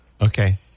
Okay